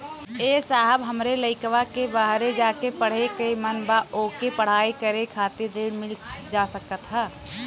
ए साहब हमरे लईकवा के बहरे जाके पढ़े क मन बा ओके पढ़ाई करे खातिर ऋण मिल जा सकत ह?